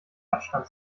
abstand